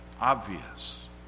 obvious